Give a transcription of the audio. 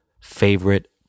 favorite